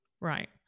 Right